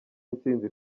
intsinzi